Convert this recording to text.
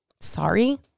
Sorry